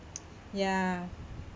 ya